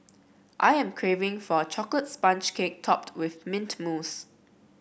I am craving for a chocolate sponge cake topped with mint mousse